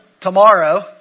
tomorrow